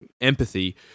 empathy